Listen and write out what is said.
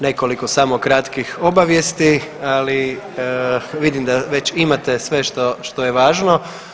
Nekoliko samo kratkih obavijesti, ali vidim da već imate sve što je važno.